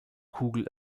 kugel